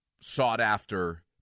sought-after